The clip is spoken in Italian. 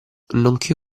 nonché